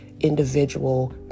individual